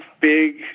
big